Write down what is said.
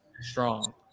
strong